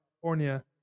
California